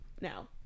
now